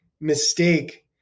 mistake